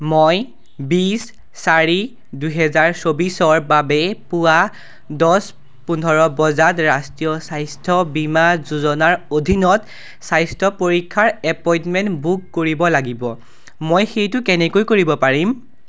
মই বিছ চাৰি দুহেজাৰ চৌবিছৰ বাবে পুৱা দহ পোন্ধৰ বজাত ৰাষ্ট্ৰীয় স্বাস্থ্য বীমা যোজনাৰ অধীনত স্বাস্থ্য পৰীক্ষাৰ এপইণ্টমেণ্ট বুক কৰিব লাগিব মই সেইটো কেনেকৈ কৰিব পাৰিম